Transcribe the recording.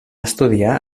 estudiar